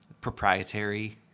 Proprietary